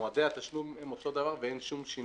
מועדי התשלום הם אותו דבר ואין שום שינוי.